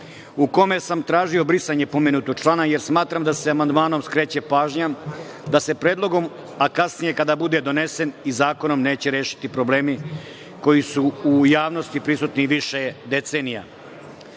u kome sam tražio brisanje pomenutog člana, jer smatram da se amandmanom skreće pažnja da se predlogom, a kasnije kada bude donesen, i zakonom neće rešiti problemi koji su u javnosti prisutni i više decenija. Naime,